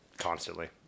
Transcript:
Constantly